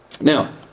Now